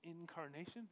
incarnation